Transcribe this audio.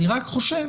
אני רק חושב